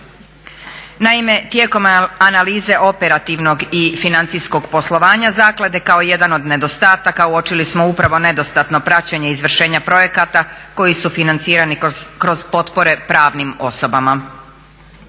Naime, tijekom analize operativnog i financijskog poslovanja zaklade kao jedan od nedostataka uočili smo upravo nedostatno praćenje izvršenja projekata koji su financirani kroz potpore pravni osobama.